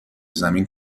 زمین